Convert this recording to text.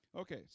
Okay